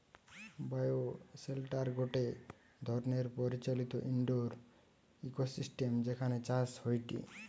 bioshelter গটে ধরণের পরিচালিত ইন্ডোর ইকোসিস্টেম যেখানে চাষ হয়টে